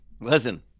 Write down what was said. Listen